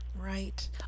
right